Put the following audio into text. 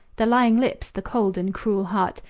the lying lips, the cold and cruel heart,